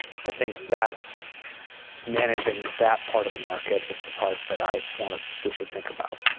i think that's managing that part of the market is the part that i want to we should think about.